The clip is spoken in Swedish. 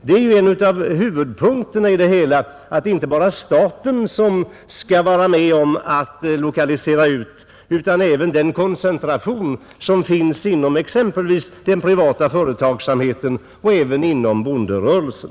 Det är ju en av huvudpunkterna i detta fall att det inte bara är staten som skall lokalisera ut företag, utan att även den privata företagsamheten och bonderörelsen skall medverka till att minska den nuvarande koncentrationen.